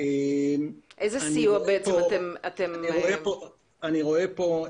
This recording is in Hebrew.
איזה סיוע אתם --- אני רואה פה,